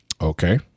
Okay